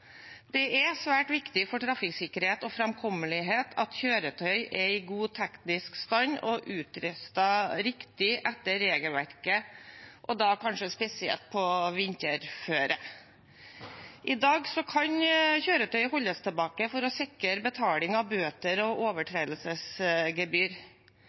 Det er svært viktig for trafikksikkerhet og framkommelighet at kjøretøy er i god teknisk stand og utrustet riktig etter regelverket – kanskje spesielt på vinterføre. I dag kan kjøretøyet holdes tilbake for å sikre betaling av bøter og